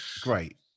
great